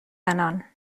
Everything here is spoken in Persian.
عنان